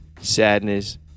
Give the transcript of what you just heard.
sadness